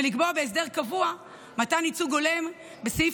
ולקבוע בהסדר קבוע מתן ייצוג הולם בסעיף